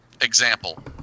example